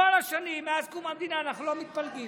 בכל השנים מאז קום המדינה אנחנו לא מתפלגים.